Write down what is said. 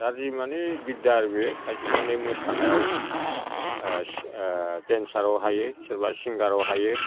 दा मानि बिद्दा आरो खायसे मानि मोसानायाव डेन्साराव हायो सोरबा सिंगाराव हायो